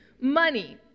money